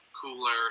cooler